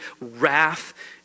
wrath